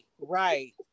right